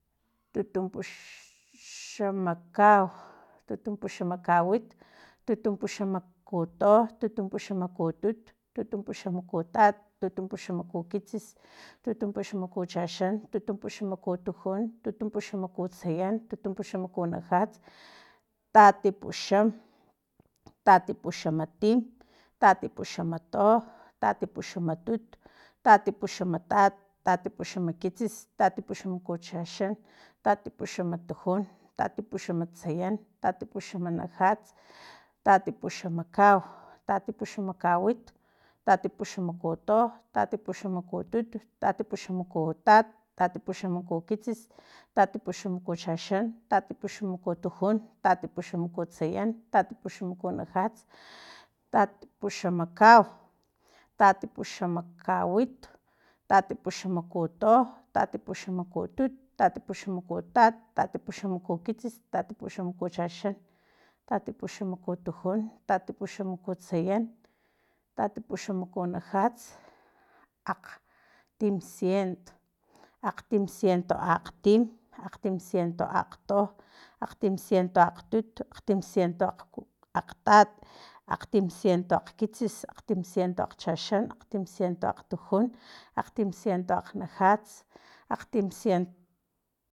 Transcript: Tutumpaxama kau, tutumpaxama kawit, tutumpaxama kuto, tutumpaxamakutut, tutumpuxama kutat, tutumpaxama kukitsis, tutumpaxama kuchaxan, tutumpaxama kutujun, tutumpaxama kutsayan, tutumpuxama kunajats, tatipuxam, tatipuxamatim, tatipuxamato, tatipuxamatut, tatipuxamtat, tatipuxam kitsis tatipuxama kuchaxan, tatipuxama tujun, tatipuxama sayan, tatipuxama najats, tatipuxama kau, tatipuxamakawit, tatipuxamakuto, tatipuxamakutut, tatipuxamakutat. tatipuxamakukitsis, tatipuxamakuchaxan, tatipuxama kutujun, tatipuxama kutsayan, tatipuxamakunajats tat puxamakau. tatipuxama kawit tatipuxamakito, tatipuxama kutut, tatipuxama kutat, tatipuxamakukitsis, tatipuxamakuchaxan, tatipuxama kutujun, tatipuxam kutsayan. tatipuxama kunajats akgtimcient, akgtimsiento akgtim, akgtimsiento akgto, akgtimciento akgtut, akgtimcienti akgtat, akgtimsiento akgkitsis, akgtimsiento akgchaxan akgtimsiento akgtujun. akgtimsiento akgtsayan, akgtimciento